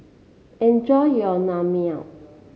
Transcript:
enjoy your Naengmyeon